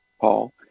Paul